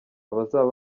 abazaba